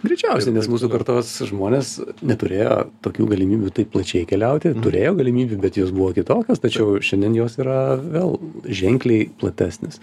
greičiausiai nes mūsų kartos žmonės neturėjo tokių galimybių taip plačiai keliauti turėjo galimybių bet jos buvo kitokios tačiau šiandien jos yra vėl ženkliai platesnės